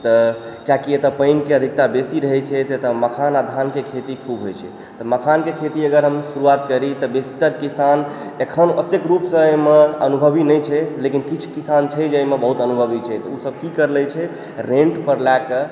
तऽ कियाकि एतऽ पानि के अधिकता बेसी रहै छै तऽ एतऽ मखान आ धान के खेती खूब होइ छै तऽ मखान के खेती अगर हम शुरुआत करी तऽ बेसीतर किसान एखन ओतेक रूप सऽ अनुभवी नहि छै लेकिन किछु किसान छै जे एहिमे बहुत अनुभवी छै तऽ ओ सब की कैर लै छै रेंट पर लए कऽ